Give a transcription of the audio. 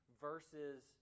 versus